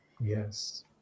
Yes